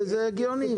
וזה הגיוני.